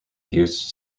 use